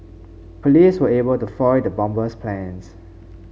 police were able to foil the bomber's plans